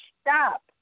stop